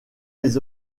les